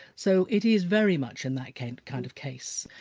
so it is very much in that kind kind of case.